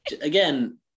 again